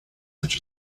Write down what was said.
such